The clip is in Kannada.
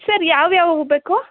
ಸರ್ ಯಾವ ಯಾವ ಹೂ ಬೇಕು